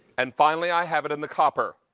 and finally i have it in the copper.